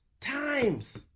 times